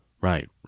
Right